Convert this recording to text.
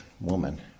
woman